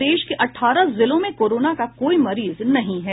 प्रदेश के अठारह जिलों में कोरोना का कोई मरीज नहीं है